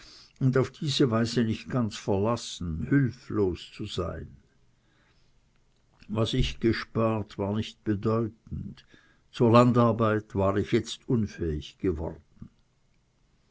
und auf diese weise nicht ganz verlassen hülflos zu sein was ich gespart war nicht bedeutend zur landarbeit war ich jetzt unfähig geworden